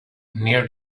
near